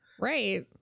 Right